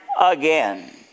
again